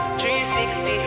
360